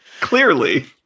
clearly